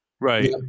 Right